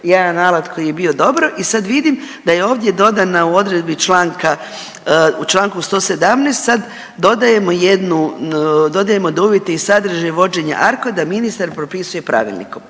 jedan alat koji je bio dobro i sad vidim da je ovdje dodana u odredbi članka, u čl. 117. sad dodajemo jednu, dodajemo da uvjeti i sadržaji vođenja ARKODA ministar propisuje pravilnikom.